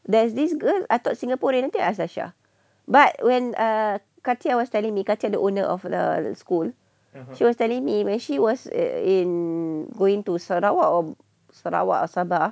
there's this girl I thought singaporeans but when err kacha was telling me kacha the owner of the school she was telling me when she was in going to sarawak or sabah